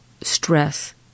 stress